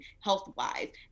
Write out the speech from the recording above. health-wise